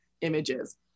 images